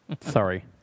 Sorry